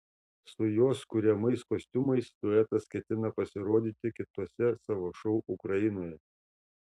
su jos kuriamais kostiumais duetas ketina pasirodyti kituose savo šou ukrainoje